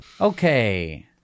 Okay